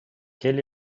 quel